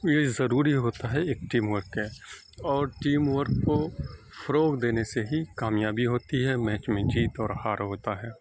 یہ ضروری ہوتا ہے ایک ٹیم ورک کے اور ٹیم ورک کو فروغ دینے سے ہی کامیابی ہوتی ہے میچ میں جیت اور ہار ہوتا ہے